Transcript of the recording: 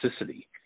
toxicity